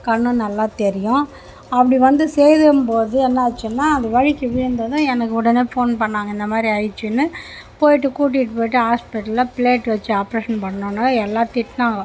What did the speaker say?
கண்ணும் நல்லா தெரியும் அப்படி வந்து செய்தபோது என்னாச்சுன்னா அது வழிக்கி விழுந்ததும் எனக்கு உடனே ஃபோன் பண்ணாங்க இந்தமாதிரி ஆயிடிச்சின்னு போயிட்டு கூட்டிகிட்டு போய்ட்டு ஹாஸ்பிட்டல்ல ப்ளேட் வச்சு ஆப்ரேஷன் பண்ணோன்னே எல்லாம் திட்டினாங்கோ